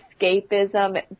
escapism